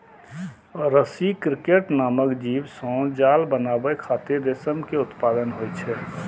रसी क्रिकेट नामक जीव सं जाल बनाबै खातिर रेशम के उत्पादन होइ छै